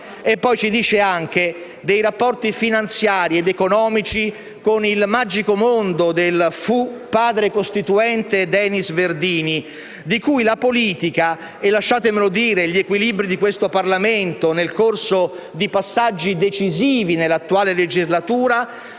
E poi ci dice anche dei rapporti finanziari ed economici con il magico mondo del «fu padre costituente Denis Verdini», di cui la politica - e lasciatemelo dire gli equilibri di questo Parlamento, nel corso di passaggi decisivi nell'attuale legislatura